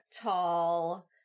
tall